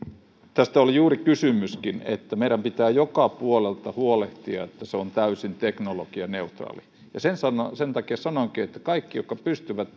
tästä oli juuri kysymyskin että meidän pitää joka puolelta huolehtia että se on täysin teknologianeutraali ja sen takia sanoinkin että kaikkia jotka pystyvät